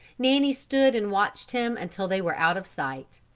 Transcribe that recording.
nanny stood and watched him until they were out of sight.